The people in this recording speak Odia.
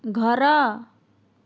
ଘର